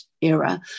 era